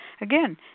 Again